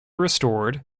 restored